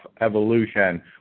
evolution